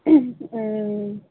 অঁ